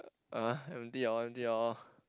ah empty [liao] empty [liao]